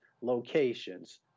locations